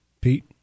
Pete